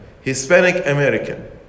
Hispanic-American